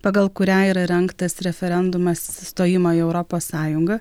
pagal kurią yra rengtas referendumas stojimą į europos sąjungą